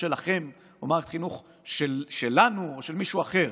שלכם או מערכת חינוך שלנו או של מישהו אחר,